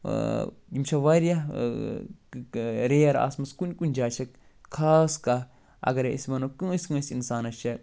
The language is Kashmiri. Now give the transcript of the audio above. یِم چھِ وارِیاہ ریر آسمَژ کُنہِ کُنہِ جاے چھِکھ خاص کانٛہہ اگرَے أسۍ وَنو کٲنٛسہِ کٲنٛسہِ اِنسانس چھےٚ